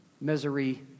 misery